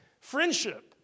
Friendship